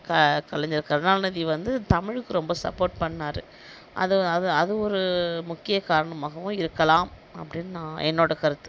க கலைஞர் கருணாநிதி வந்து தமிழுக்கு ரொம்ப சப்போர்ட் பண்ணிணாரு அது அது அது ஒரு முக்கிய காரணமாகவும் இருக்கலாம் அப்படின்னு நான் என்னோடய கருத்து